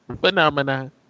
Phenomena